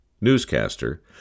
newscaster